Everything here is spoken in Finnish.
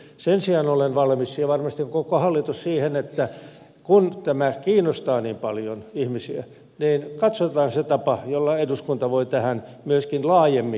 sen sijaan olen valmis ja varmasti on koko hallitus siihen että kun tämä kiinnostaa ihmisiä niin paljon niin katsotaan se tapa jolla eduskunta voi tähän myöskin laajemmin